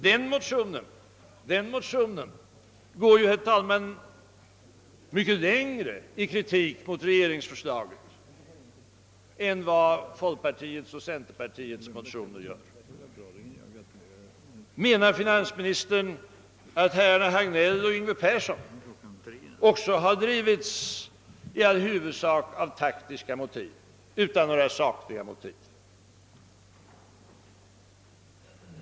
Deras motion går ju mycket längre i kritik mot regeringsförslaget än vad folkpartiets och centerpartiets motioner gör. Menar finansministern att herrar Hagnell och Yngve Persson också i huvudsak har drivits av taktiska motiv?